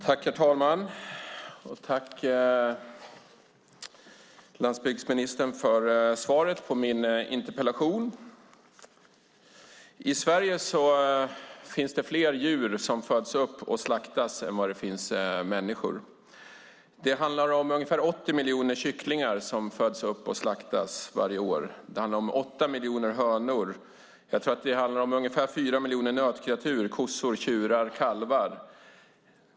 Herr talman! Tack, landsbygdsministern, för svaret på min interpellation! I Sverige finns det fler djur som föds upp och slaktas än vad det finns människor. Det är ungefär 80 miljoner kycklingar som föds upp och slaktas varje år, och 8 miljoner hönor. Det är ungefär 4 miljoner nötkreatur, kossor, tjurar och kalvar.